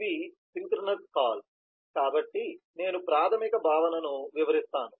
ఇవి synchronous call కాబట్టి నేను ప్రాథమిక భావనను వివరిస్తాను